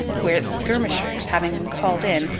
where its skirmishers, having been called in,